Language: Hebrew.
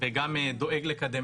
יש לנו בסך הכל חמישה